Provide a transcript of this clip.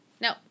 No